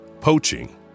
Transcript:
Poaching